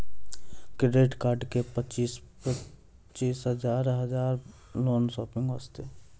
Credit card मे पचीस हजार हजार लोन शॉपिंग वस्ते?